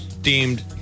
deemed